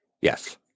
yes